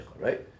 Right